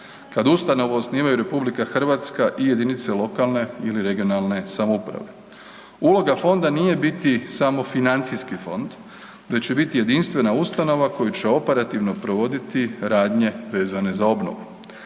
Kad ustanovu osnivaju RH i jedinice lokalne ili regionalne samouprave. Uloga fonda nije biti samo financijski fond, već i biti jedinstvena ustanova koja će oparativno provoditi radnje vezane za obnovu.